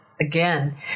again